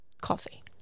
coffee